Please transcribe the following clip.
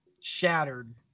shattered